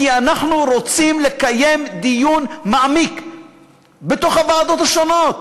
כי אנחנו רוצים לקיים דיון מעמיק בתוך הוועדות השונות.